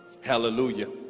Hallelujah